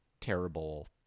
terrible